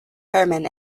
herman